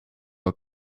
are